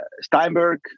Steinberg